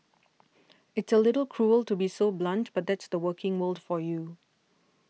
it's a little cruel to be so blunt but that's the working world for you